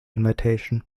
invitation